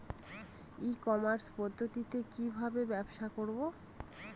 ই commerce পদ্ধতিতে কি ভাবে ব্যবসা করব?